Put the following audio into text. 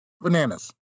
Bananas